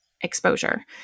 Exposure